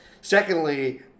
Secondly